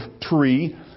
tree